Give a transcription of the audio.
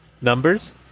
Numbers